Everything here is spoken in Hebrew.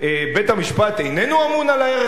בית-המשפט איננו אמון על הערך הזה?